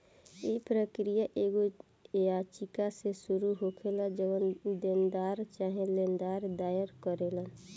इ प्रक्रिया एगो याचिका से शुरू होखेला जवन देनदार चाहे लेनदार दायर करेलन